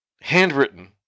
handwritten